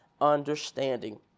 understanding